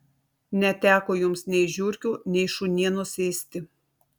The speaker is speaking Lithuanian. neteko jums nei žiurkių nei šunienos ėsti